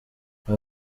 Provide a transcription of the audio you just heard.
aba